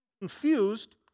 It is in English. confused